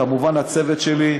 כמובן הצוות שלי,